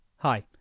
Hi